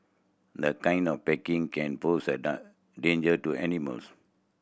this kind of packaging can pose a danger to animals